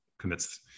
commits